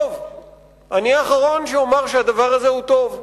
אני האחרון שיאמר שהדבר הזה הוא טוב.